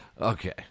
Okay